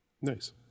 Nice